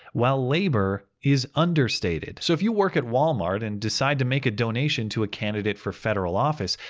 while labour is understated. so if you work at walmart, and decide to make a donation to a candidate for federal office,